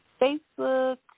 Facebook